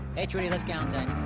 hey, trudy, les galantine.